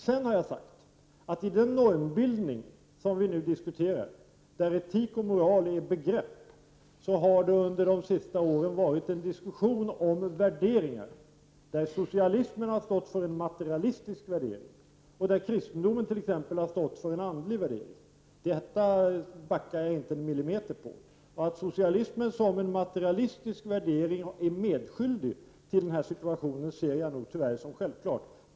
Sedan har jag sagt att i den normbildning som vi nu diskuterar, där etik och moral är ett begrepp, har det under de senaste åren förekommit en diskussion om värderingar i vilken socialismen har stått för en materialistisk värdering och kristendomen t.ex. för en andlig värdering. Det backar jag inte en millimeter från. Att socialismen som en materialistisk värdering är medskyldig till den rådande situationen ser jag nog tyvärr som självklart.